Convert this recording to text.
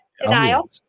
denial